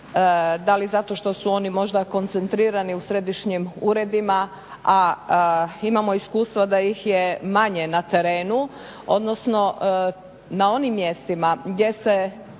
da li zato što su oni možda koncentrirani u središnjim uredima, a imamo iskustva da ih je manje na terenu, odnosno na onim mjestima gdje se